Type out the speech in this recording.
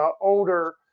older